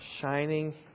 shining